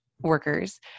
workers